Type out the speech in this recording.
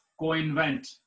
co-invent